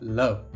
love